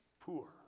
poor